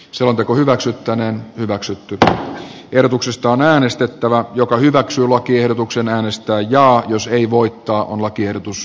selonteko hyväksyttäneen hyväksytty tällä verotuksesta on äänestettävä joka hyväksyy lakiehdotuksen äänestää jaa jos ei voittaa on lakiehdotus hylätty